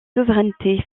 souveraineté